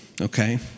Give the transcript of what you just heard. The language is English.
okay